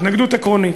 התנגדות עקרונית.